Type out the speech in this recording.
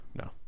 no